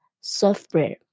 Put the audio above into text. software